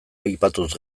aipatuz